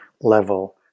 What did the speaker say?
level